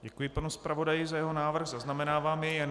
Děkuji panu zpravodaji za jeho návrh, zaznamenávám jej.